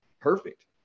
perfect